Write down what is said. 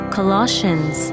Colossians